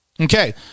Okay